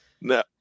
No